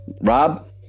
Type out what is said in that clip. Rob